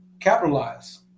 capitalize